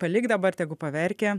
palik dabar tegu paverkia